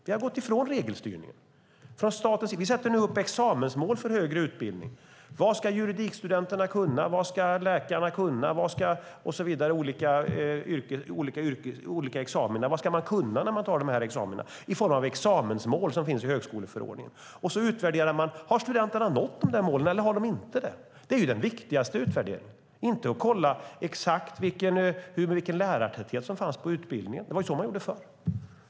Vi har gått ifrån regelstyrning. Vi sätter upp examensmål för högre utbildning. Vad ska juridikstudenterna kunna? Vad ska läkarna kunna? Vad ska man kunna när man tar olika examina? Vi sätter upp examensmål som finns i högskoleförordningen. Man utvärderar om studenterna har uppnått målen eller inte. Det är ju det viktigaste, inte att kolla lärartätheten på utbildningen, som man gjorde förr.